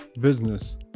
business